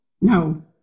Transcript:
no